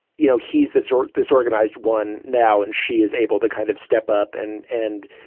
you know, he's that sort disorganized one now and she is able to kind of step up and and,